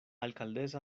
alcaldesa